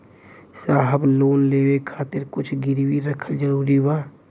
साहब लोन लेवे खातिर कुछ गिरवी रखल जरूरी बा?